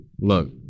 Look